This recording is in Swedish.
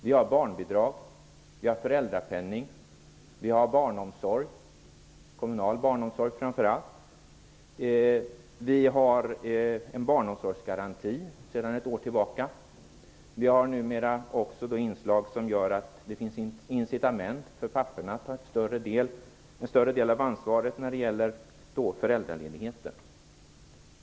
Vi har barnbidrag, föräldrapenning, kommunal barnomsorg, en barnomsorgsgaranti sedan ett år tillbaka, numera också inslag som utgör incitament för papporna att ta en större del av ansvaret när det gäller föräldraledigheten.